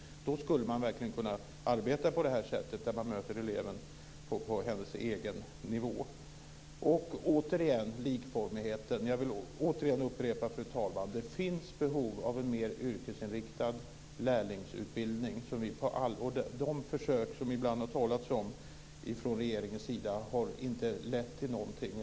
Då skulle man verkligen kunna arbeta på ett sätt där man möter eleven på hennes egen nivå. När det gäller likformigheten vill jag återigen upprepa, fru talman, att det finns behov av en mer yrkesinriktad lärlingsutbildning. De försök som det ibland har talats om från regeringens sida har inte lett till någonting.